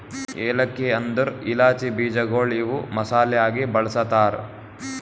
ಏಲಕ್ಕಿ ಅಂದುರ್ ಇಲಾಚಿ ಬೀಜಗೊಳ್ ಇವು ಮಸಾಲೆ ಆಗಿ ಬಳ್ಸತಾರ್